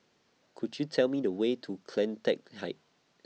Could YOU Tell Me The Way to CleanTech Height